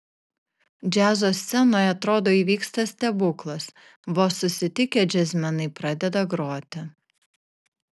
džiazo scenoje atrodo įvyksta stebuklas vos susitikę džiazmenai pradeda groti